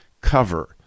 cover